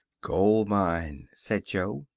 gold mine, said jo.